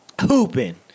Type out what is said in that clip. hooping